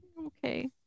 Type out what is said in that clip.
Okay